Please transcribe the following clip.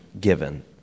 given